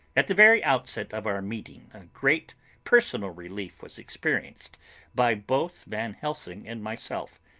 at the very outset of our meeting a great personal relief was experienced by both van helsing and myself.